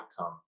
outcome